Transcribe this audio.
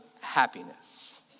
happiness